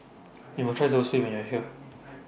YOU must Try Zosui when YOU Are here